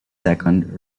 second